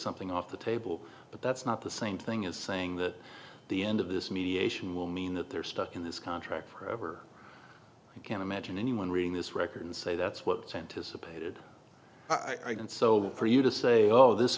something off the table but that's not the same thing as saying that the end of this mediation will mean that they're stuck in this contract forever i can't imagine anyone reading this record and say that's what's anticipated i can so for you to say oh this